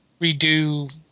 redo